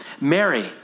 Mary